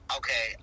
okay